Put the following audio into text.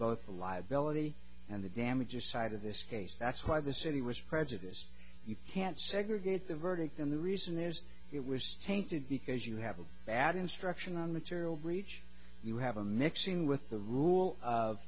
both the liability and the damages side of this case that's why the city was prejudiced you can't segregate the verdict and the reason is it was tainted because you have a bad instruction on material breach you have a mixing with the rule of